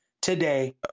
today